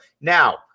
now